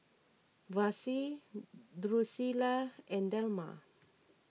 Vassie Drucilla and Delmar